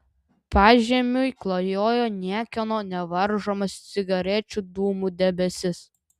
pažemiui klajojo niekieno nevaržomas cigarečių dūmų debesis